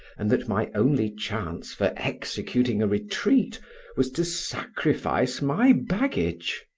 and that my only chance for executing a retreat was to sacrifice my baggage.